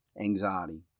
anxiety